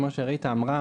כמו שריטה אמרה,